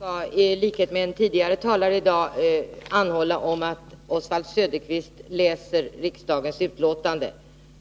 Herr talman! I likhet med en tidigare talare i dag vill jag uppmana Oswald Söderqvist att läsa utskottets betänkande.